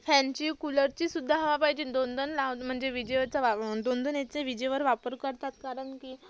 फॅनची कूलरचीसुध्दा हवा पाहिजे दोन दोन लाव म्हणजे विजेवरचा वाव दोन दोन याचे विजेवर वापर करतात कारण की